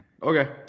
Okay